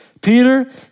Peter